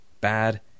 bad